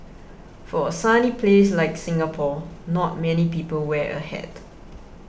for a sunny place like Singapore not many people wear a hat